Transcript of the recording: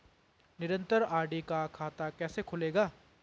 निरन्तर आर.डी का खाता कैसे खुलेगा?